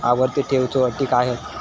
आवर्ती ठेव च्यो अटी काय हत?